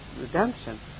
redemption